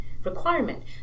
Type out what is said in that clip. Requirement